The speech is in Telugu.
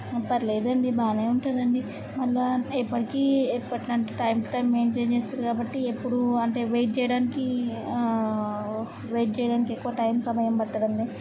పర్లేదు అండి బాగానే ఉంటుంది అండి మరలా ఎప్పటికీ ఎప్పట్లా అంటే టైం టూ టైం మెయింటైన్ చేస్తున్నారు కాబట్టి ఎప్పుడూ అంటే వెయిట్ చేయడానికి వెయిట్ చేయడానికి ఎక్కువ టైం సమయం పట్టదు అండి